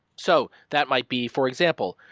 so that might be, for example,